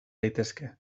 daitezke